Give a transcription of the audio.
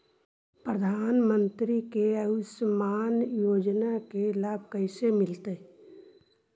प्रधानमंत्री के आयुषमान योजना के लाभ कैसे मिलतै?